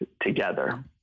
together